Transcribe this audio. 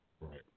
Right